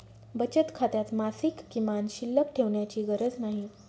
बचत खात्यात मासिक किमान शिल्लक ठेवण्याची गरज नाही